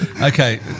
Okay